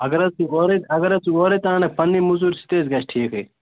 اگر حظ ژٕ اورٕے اگر حظ ژٕ اورٕے تہِ اَنَکھ پَنٕنی موٚزوٗرۍ سُہ تہِ حظ گژھِ ٹھیٖکٕے